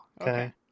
Okay